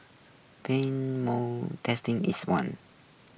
Pang's Motor Trading is one